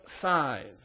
size